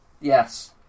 Yes